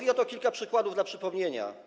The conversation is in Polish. I kilka przykładów dla przypomnienia.